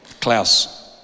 Klaus